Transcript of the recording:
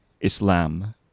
Islam